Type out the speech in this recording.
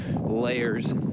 layers